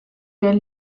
der